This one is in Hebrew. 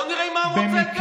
בוא נראה מה הוא רוצה.